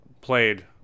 played